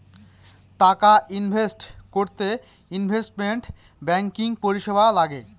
টাকা ইনভেস্ট করতে investment banking পরিষেবা লাগে